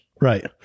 Right